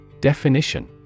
Definition